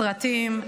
סרטים,